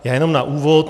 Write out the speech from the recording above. Já jenom na úvod.